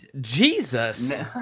Jesus